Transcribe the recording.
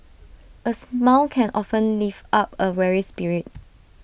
A smile can often lift up A weary spirit